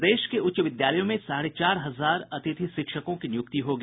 प्रदेश के उच्च विद्यालयों में साढ़े चार हजार अतिथि शिक्षकों की नियुक्ति होगी